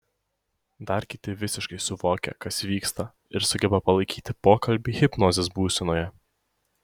dar kiti visiškai suvokia kas vyksta ir sugeba palaikyti pokalbį hipnozės būsenoje